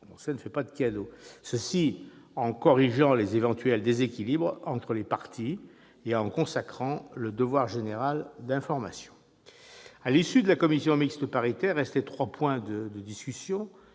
-ne fait pas de cadeau. Le texte permet ainsi de corriger les éventuels déséquilibres entre les parties et consacre le devoir général d'information. À l'issue de la commission mixte paritaire restaient trois points de discussion.